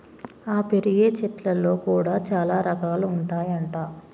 ఆ పెరిగే చెట్లల్లో కూడా చాల రకాలు ఉంటాయి అంట